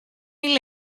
myn